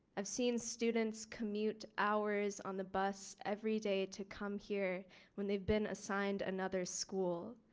i've seen students commute hours on the bus every day to come here when they've been assigned another school.